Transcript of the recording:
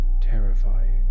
terrifying